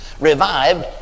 revived